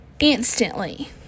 Instantly